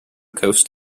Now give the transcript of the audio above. coast